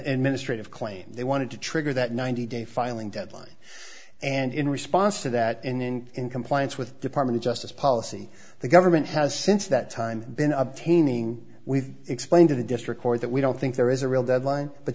a ministry of claim they wanted to trigger that ninety day filing deadline and in response to that in in in compliance with department of justice policy the government has since that time been obtaining we've explained to the district court that we don't think there is a real deadline but